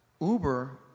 Uber